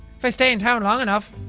if i stay in town long enough.